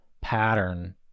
pattern